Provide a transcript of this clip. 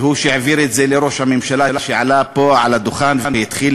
ולכן אנחנו מתחילים